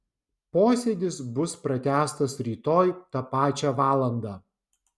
posėdis bus pratęstas rytoj tą pačią valandą